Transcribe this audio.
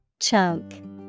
Chunk